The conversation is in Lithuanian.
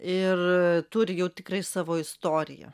ir turi jau tikrai savo istoriją